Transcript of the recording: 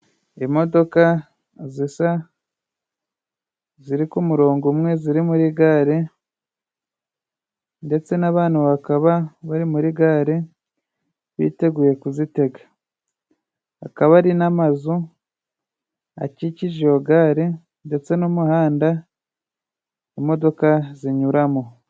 Imodoka zisa ziri ku murongo umwe ziri muri gare ndetse n'abantu bakaba bari muri gare, biteguye kuzitega akaba ari n'amazu akikije iyo gare ndetse n'umuhanda imodoka zinyuramo.